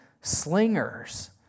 slingers